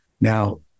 Now